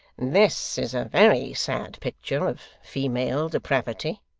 this is a very sad picture of female depravity